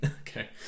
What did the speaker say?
okay